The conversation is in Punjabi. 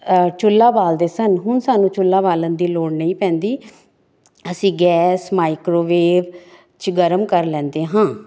ਚੁੱਲਾ ਬਾਲਦੇ ਸਨ ਹੁਣ ਸਾਨੂੰ ਚੁੱਲਾ ਬਾਲਣ ਦੀ ਲੋੜ ਨਹੀਂ ਪੈਂਦੀ ਅਸੀਂ ਗੈਸ ਮਾਈਕਰੋਵੇਵ 'ਚ ਗਰਮ ਕਰ ਲੈਂਦੇ ਹਾਂ